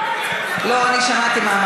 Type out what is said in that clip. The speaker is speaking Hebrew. לך לסדר